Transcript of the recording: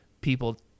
people